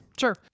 sure